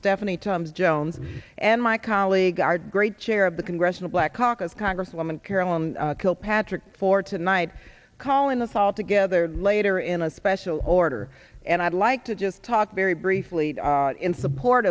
stephanie tubbs jones and my colleague our great chair of the congressional black caucus congresswoman carolyn kilpatrick for tonight calling us all together later in a special order and i'd like to just talk very briefly in support